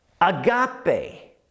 agape